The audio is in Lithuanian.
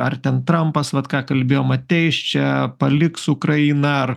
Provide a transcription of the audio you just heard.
ar ten trampas vat ką kalbėjom ateis čia paliks ukrainą ar